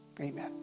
Amen